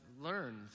learned